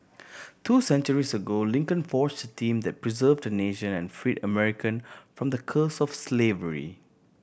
two centuries ago Lincoln forged a team that preserved a nation and freed American from the curse of slavery